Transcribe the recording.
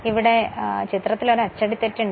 ഇവിടെ ചിത്രത്തിൽ ഒരു അച്ചടിത്തെറ്റുണ്ട്